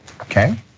okay